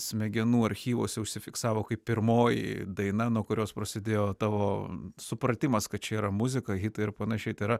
smegenų archyvuose užsifiksavo kaip pirmoji daina nuo kurios prasidėjo tavo supratimas kad čia yra muzika hitai ir panašiai tai yra